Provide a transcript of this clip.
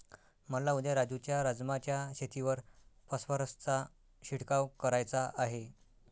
मला उद्या राजू च्या राजमा च्या शेतीवर फॉस्फरसचा शिडकाव करायचा आहे